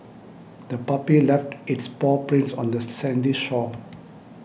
the puppy left its paw prints on the sandy shore